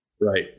Right